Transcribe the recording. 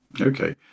Okay